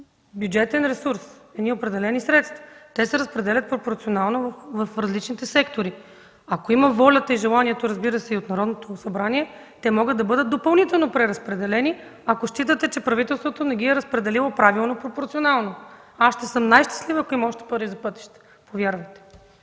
бюджетен ресурс, едни определени средства. Те се разпределят пропорционално в различните сектори. Ако има волята и желанието, разбира се, и от Народното събрание, могат да бъдат допълнително преразпределени, ако считате, че правителството не ги е разпределило правилно, пропорционално. Ще съм най-щастлива, ако има още пари за пътища, повярвайте